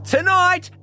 Tonight